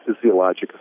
physiologic